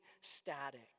static